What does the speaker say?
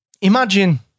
imagine